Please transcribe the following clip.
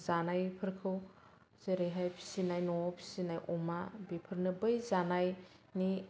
जानायफोरखौ जेरैहाय फिसिनाय न'आव फिसिनाय अमा बेफोरनो बै जानायनि